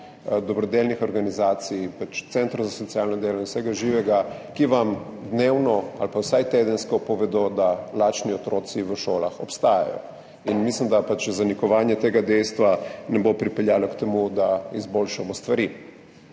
dobrodelnih organizacij, centrov za socialno delo in vsega živega, ki vam dnevno ali pa vsaj tedensko povedo, da lačni otroci v šolah obstajajo. In mislim, da zanikanje tega dejstva ne bo pripeljalo k temu, da izboljšamo stvari.